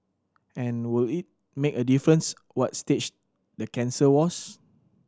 and would it make a difference what stage the cancer was